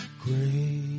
Great